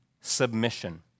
Submission